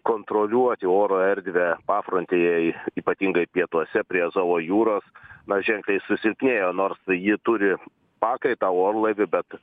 kontroliuoti oro erdvę pafrontėjėj ypatingai pietuose prie azovo jūros na ženkliai susilpnėjo nors ji turi pakaitą orlaiviu bet